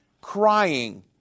crying